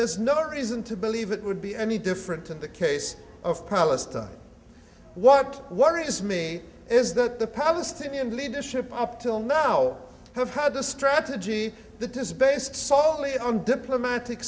there's no reason to believe it would be any different to the case of palestine what worries me is that the palestinian leadership up till now have had a strategy that this based soley on diplomatic